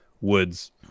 Woods